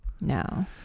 No